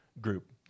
group